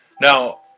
Now